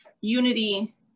unity